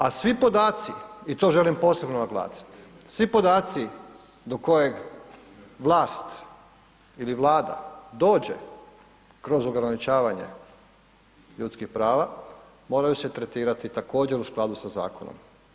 A svi podaci i to želim posebno naglasiti, svi podaci do kojeg vlast ili Vlada dođe kroz ograničavanje ljudskih prava moraju se tretirati također u skladu sa zakonom.